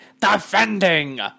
defending